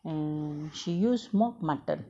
and she use smoked mutton